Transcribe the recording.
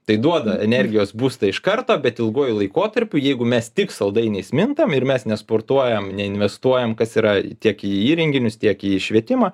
tai duoda energijos būstą iš karto bet ilguoju laikotarpiu jeigu mes tik saldainiais mintam ir mes nesportuojam neinvestuojam kas yra tiek į įrenginius tiek į švietimą